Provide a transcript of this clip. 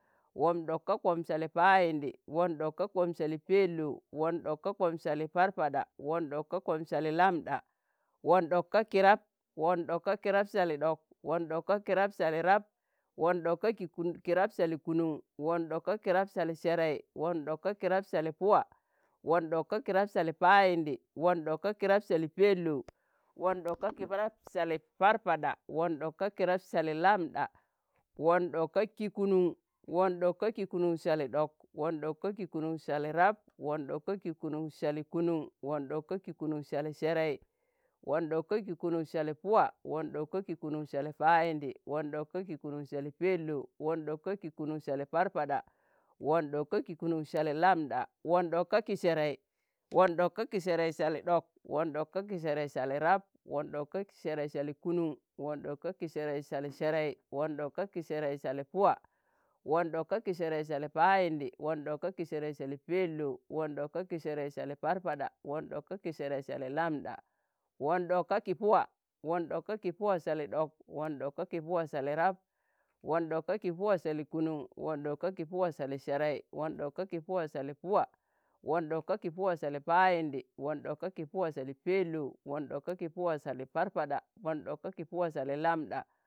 won ɗok ka kpom sali Payindi, won ɗok ka kpom sali pelou, won ɗok ka kpom sali parpaɗa, won ɗok ka kpom sali lambɗa, won ɗok ka kirab, won ɗok ka kirab sali ɗok, won ɗok ka kirab sali rab, won ɗok ka- ki kirab sali kunuṇ, won ɗok ka kirab sali serei, won ɗok ka kirab sali Puwa, won ɗok ka kirab sali Payindi, won ɗok ka kirab sali pelou, won ɗok ka kirab sali Parpaɗa, won ɗok ka kirab sali lambɗa, won ɗok ka ki kunuṇ, won ɗok ka ki kunuṇ sali ɗok, won ɗok ka ki kunuṇ sali rab, won ɗok ka ki kunuṇ sali kunuṇ, won ɗok ka ki kunuṇ sali serei, won ɗok ka ki kunuṇ sali puwa, won ɗok ka ki kunuṇ sali payindi, won ɗok ka ki kunuṇ sali pelou, won ɗok ka ki kunuṇ sali Parpaɗa won ɗok ka ki kunuṇ sali lambɗa, won ɗok ka ki serei. won ɗok ka ki serei sali ɗok, won ɗok ka ki serei sali rab, won ɗok ka ki serei sali kunuṇ, won ɗok ka ki serei sali serei, won ɗok ka ki serei sali puwa, won ɗok ka ki serei sali payindi, won ɗok ka ki serei sali pelou, won ɗok ka ki serei sali parpaɗa, won ɗok ka ki serei sali lambɗa, won ɗok ka ki puwa. won ɗok ka ki puwa sali ɗok, won ɗok ka ki puwa sali rab, won ɗok ka ki puwa sali kunuṇ, won ɗok ka ki puwa sali serei, won ɗok ka ki puwa sali puwa, won ɗok ka ki puwa sali payindi, won ɗok ka ki puwa sali Pelou, won ɗok ka ki puwa sali Parpaɗa, won ɗok ka ki puwa sali Lambɗa,